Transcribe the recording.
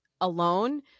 alone